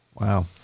Wow